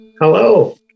Hello